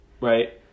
right